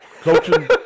coaching